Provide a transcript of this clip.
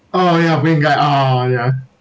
oh ya big guy oh ya